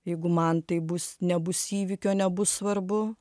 jeigu man tai bus nebus įvykio nebus svarbu